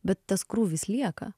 bet tas krūvis lieka